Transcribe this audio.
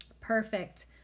Perfect